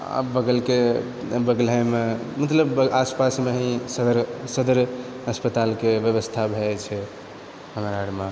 बगलके बगलेमे मतलब आसपासमे ही सदर सदर अस्पतालके व्यवस्था भए जाइत छै हमरा आरमे